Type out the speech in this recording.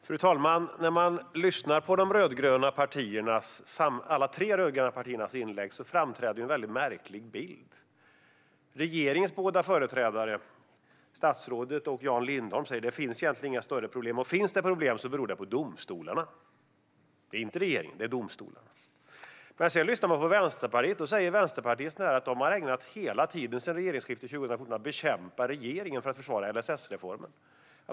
Fru talman! När man lyssnar på inläggen från de tre rödgröna partierna framträder en märklig bild. Regeringens båda företrädare, statsrådet och Jan Lindholm, säger att det inte finns några större problem egentligen, men om det finns problem beror det på domstolarna. Det beror inte på regeringen utan på domstolarna. Sedan säger Vänsterpartiet att man har ägnat hela tiden sedan regeringsskiftet 2014 åt att bekämpa regeringen och försvara LSS-reformen.